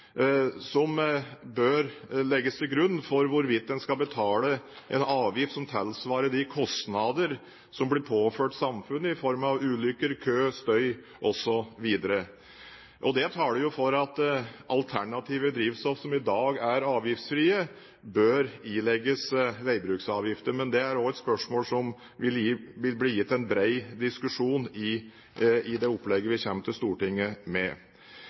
som bør legges til grunn for hvorvidt en skal betale en avgift som tilsvarer de kostnader som blir påført samfunnet i form av ulykker, kø, støy osv. Det taler jo for at alternative drivstoff som i dag er avgiftsfrie, bør ilegges veibruksavgifter. Men det er også et spørsmål som vil bli gitt en bred diskusjon i det opplegget vi kommer til Stortinget med.